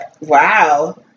wow